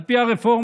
על פי הרפורמה,